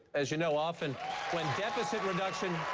as you know, often when deficit reduction